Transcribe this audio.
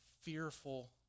fearful